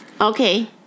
Okay